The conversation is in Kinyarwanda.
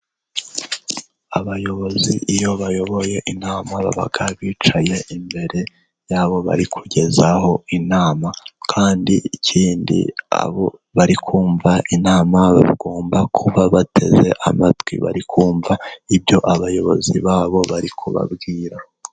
Abayobozi iyo bayoboye inama baba bicaye imbere yabo bari kugezaho inama. Kandi ikindi abo bari kumva inama bagomba kuba bateze amatwi bari kumva ibyo abayobozi babo bari kubabwira.